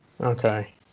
Okay